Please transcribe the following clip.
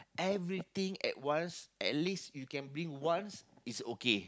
everything at once at least you can bring once it's okay